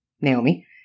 Naomi